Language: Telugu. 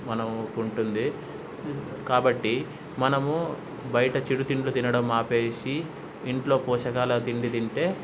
మన ఉంటుంది కాబట్టి మనము బయట చెడు తిండ్లు తినడం ఆపేసి ఇంట్లో పోషకాలు తిండి తింటే